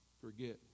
forget